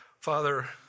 Father